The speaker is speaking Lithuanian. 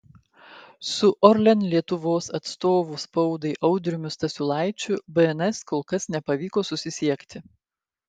su orlen lietuvos atstovu spaudai audriumi stasiulaičiu bns kol kas nepavyko susisiekti